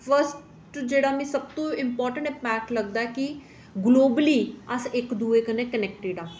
first जेह्ड़ा मिगी सबतूं इंपार्टैंट इम्पैक्ट लगदा कि ग्लोबली अस इक दुऐ कन्नै कोनैक्टड़ आं